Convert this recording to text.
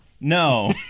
No